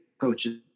coaches